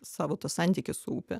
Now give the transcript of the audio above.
savo tą santykį su upe